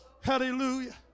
hallelujah